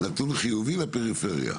נתון חיובי לפריפריה.